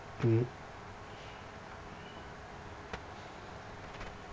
mmhmm